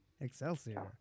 Excelsior